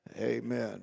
amen